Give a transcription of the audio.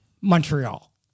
Montreal